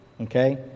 okay